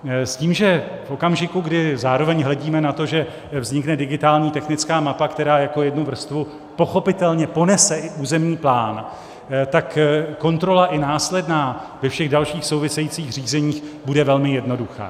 S tím, že v okamžiku, kdy zároveň hledíme na to, že vznikne digitální technická mapa, která jako jednu vrstvu pochopitelně ponese i územní plán, tak kontrola, i následná, ve všech dalších souvisejících řízeních bude velmi jednoduchá.